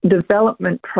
development